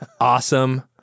awesome